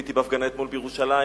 הייתי בהפגנה אתמול בירושלים,